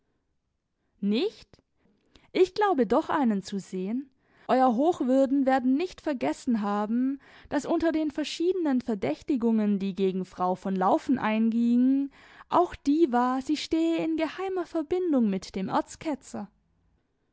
nicht ich glaube doch einen zu sehen euer hochwürden werden nicht vergessen haben daß unter den verschiedenen verdächtigungen die gegen frau von laufen eingingen auch die war sie stehe in geheimer verbindung mit dem